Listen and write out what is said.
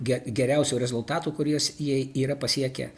ge geriausių rezultatų kuriuos jie yra pasiekę